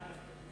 מי בעד?